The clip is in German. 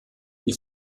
die